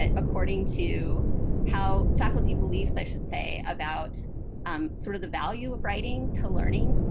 ah according to how faculty beliefs, i should say, about um sort of the value of writing to learning,